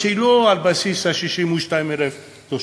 שהן לא על בסיס 62,000 תושבים,